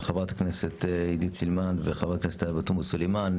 לחברות הכנסת עידית סילמן ועאידה תומא סלימאן,